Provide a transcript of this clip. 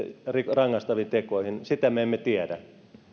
rangaistaviin tekoihin sitä me emme tiedä